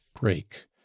break